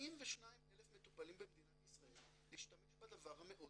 42,000 מטופלים במדינת ישראל להשתמש בדבר המאוד